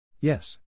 Yes